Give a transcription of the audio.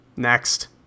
next